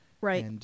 Right